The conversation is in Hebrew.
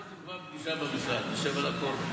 בוא תקבע פגישה במשרד, נשב על הכול.